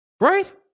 Right